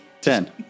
Ten